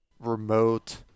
remote